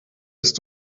ist